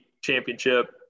championship